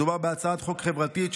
מדובר בהצעת חוק חברתית,